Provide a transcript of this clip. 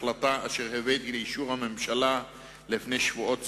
החלטה שהבאתי לאישור הממשלה לפני שבועות ספורים.